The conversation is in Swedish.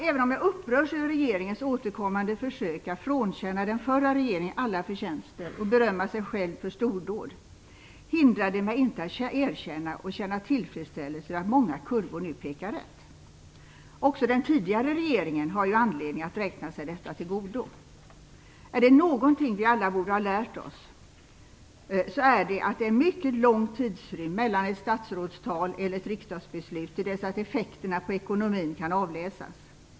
Även om jag upprörs över regeringens återkommande försök att frånkänna den föra regeringen alla förtjänster och berömma sig själv för stordåd hindrar det mig inte att erkänna och känna tillfredsställelse över att många kurvor nu pekar rätt. Också den tidigare regeringen har ju anledning att räkna sig detta till godo. Är det någonting vi alla borde ha lärt oss är det att det är en mycket lång tidsrymd mellan ett statsrådstal eller ett riksdagsbeslut till dess att effekterna av ekonomin kan avläsas.